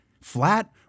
flat